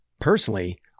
Personally